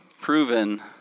proven